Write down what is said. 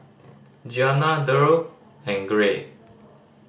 Gianna Derl and Gray